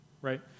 right